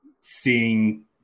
seeing